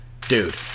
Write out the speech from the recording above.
Dude